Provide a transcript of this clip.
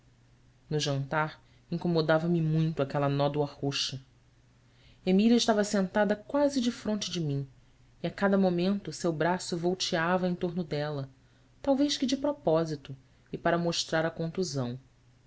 no jantar incomodava me muito aquela nódoa roxa emília estava sentada quase defronte de mim e a cada momento seu braço volteava em torno dela talvez que de propósito e para mostrar a contusão